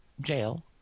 jail